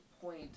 point